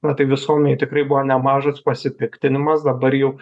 na tai visuomenėj tikrai buvo nemažas pasipiktinimas dabar jau